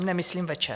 Nemyslím večer.